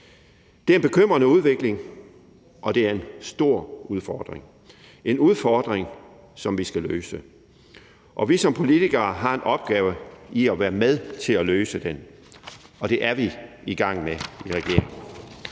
Det er en bekymrende udvikling, og det er en stor udfordring. Det er en udfordring, som vi skal løse, og vi har som politikere en opgave i at være med til at løse den. Og det er vi i gang med i regeringen.